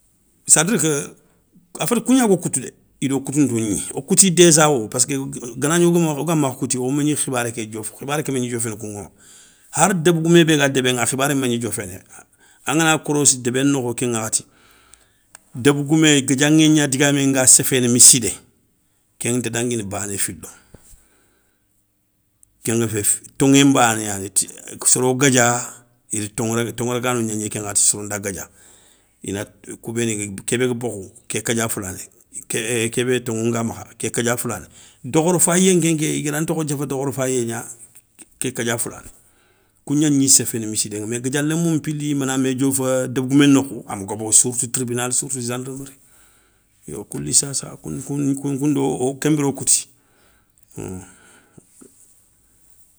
Cest a dire que a féti kougnago koutou dé ido koutounto gniya, wo kouti déjawo pask ganagni wogamakha kouti wo mé gni khibaré ké diofa, khibaré ké magni dioféni kouŋawo, hari débégoumé bé ga débéŋa khibaré mégni diofénéy wo angana korossi débé nokho ken ŋakhati, débé goumé guédiaŋé gna digamé nga séféné missidé kéŋa nta danguini bané filo. Kenga fé toŋé nbané yanéyi, ti a soro guédia ida toŋé toŋé ragano gnagni ke ŋakhati soro nda guédia inati kou béni ga kébé ga bokhou ké kadia foulani, ké bé toŋou nga makha ké kadia foulani dokhodo fayi ŋa kénké i gada ntokho nthiafa dokho fayé gna ké kadja foulani. Kou gnagni séféné missidé ŋa mé guédia lémo npili na mé diofa débégoumé nokhou ama gobo, surtout tribinal sirtou, zendarmeri yo kou li sassa kounkoundo o kenbiré wo kouti.